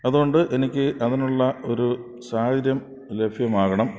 അതുകൊണ്ട് എനിക്ക് അതിനുള്ള ഒരു സാഹചര്യം ലഭ്യമാകണം